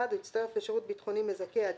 (1)הוא הצטרף לשירות ביטחוני מזכה עד